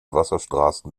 wasserstraßen